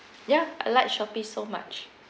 ya I like Shopee so much